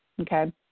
okay